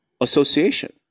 association